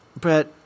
Brett